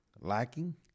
lacking